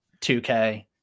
2K